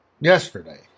yesterday